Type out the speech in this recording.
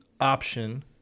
option